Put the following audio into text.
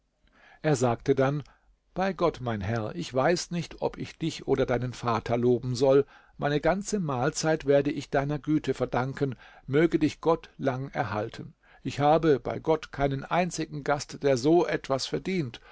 er sagte dann bei gott mein herr ich weiß nicht ob ich dich oder deinen vater loben soll meine ganze mahlzeit werde ich deiner güte verdanken möge dich gott lang erhalten ich habe bei gott keinen einzigen gast der so etwas verdient